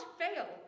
fail